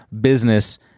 business